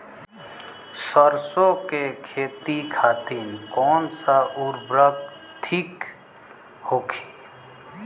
सरसो के खेती खातीन कवन सा उर्वरक थिक होखी?